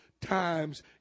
times